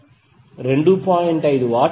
5 watt అవుతుంది